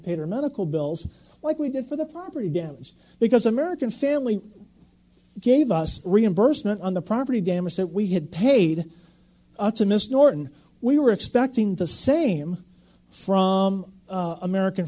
paid our medical bills like we did for the property damage because american family gave us reimbursement on the property damage that we had paid to mr norton we were expecting the same from american